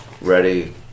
ready